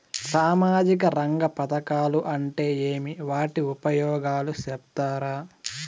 సామాజిక రంగ పథకాలు అంటే ఏమి? వాటి ఉపయోగాలు సెప్తారా?